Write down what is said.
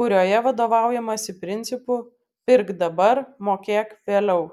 kurioje vadovaujamasi principu pirk dabar mokėk vėliau